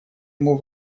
ему